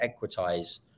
equitize